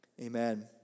Amen